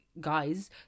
guys